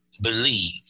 believe